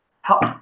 help